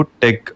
tech